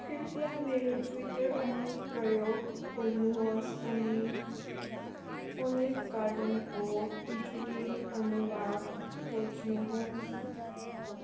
कृपया मेरो ट्विटर अनुप्रयोग खोल्नु होस् अनि ओलिभ गार्डनको उजुरी अनुभाग खोज्नु होस्